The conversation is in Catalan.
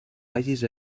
vagis